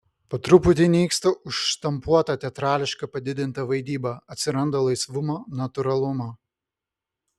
po truputį nyksta užštampuota teatrališka padidinta vaidyba atsiranda laisvumo natūralumo